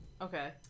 Okay